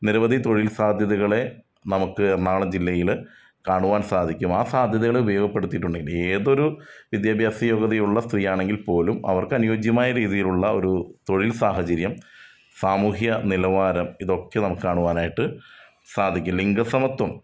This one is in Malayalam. നിരവധി തൊഴിൽ സാധ്യതകളെ നമുക്ക് എറണാകുളം ജില്ലയിൽ കാണുവാൻ സാധിക്കും ആ സാധ്യതകൾ ഉപയോഗപ്പെടുത്തിയിട്ടു ണ്ടെങ്കിൽ ഏതൊരു വിദ്യാഭ്യാസ യോഗ്യതയുള്ള സ്ത്രീയാണെങ്കിൽ പോലും അവർക്ക് അനുയോജ്യമായ രീതിയിലുള്ള ഒരു തൊഴിൽ സാഹചര്യം സാമൂഹ്യ നിലവാരം ഇതൊക്കെ നമുക്ക് കാണുവാനായിട്ട് സാധിക്കും ലിംഗസമത്വം